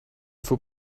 faut